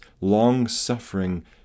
long-suffering